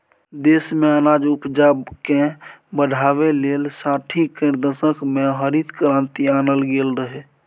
देश मे अनाज उपजाकेँ बढ़ाबै लेल साठि केर दशक मे हरित क्रांति आनल गेल रहय